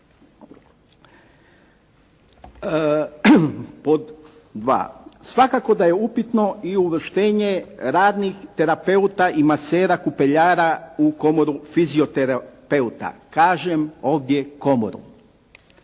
svakako da je upitno i uvrštenje radnih terapeuta i masera kupeljara u Komoru fizioterapeuta, kažem ovdje komoru,